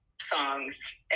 songs